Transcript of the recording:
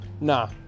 Nah